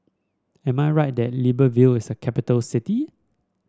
am I right that Libreville is a capital city